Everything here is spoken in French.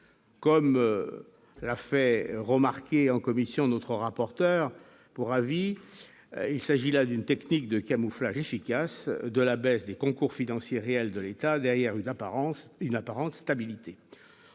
Comme l'a fait remarquer en commission notre rapporteur pour avis, il s'agit là d'une technique de camouflage efficace de la baisse des concours financiers réels de l'État derrière une apparence une